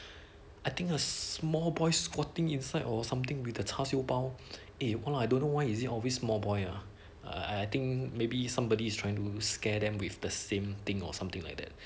I think a small boy squatting inside or something with a char siew bao eh !walao! I don't know why is it always small boy ah I think maybe somebody's trying to scare them with the same thing or something like that